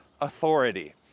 authority